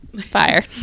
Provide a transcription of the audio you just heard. fire